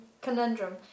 conundrum